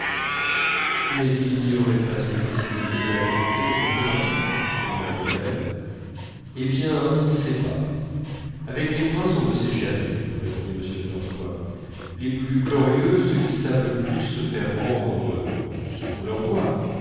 mais il n'y aurait pas eu possibilité de la présenter au comte de paris demanda mon père eh bien on ne sait pas avec les princes on ne sait jamais répondit m de norpois les plus glorieux ceux qui savent le plus se faire rendre ce qu'on leur doit